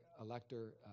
Elector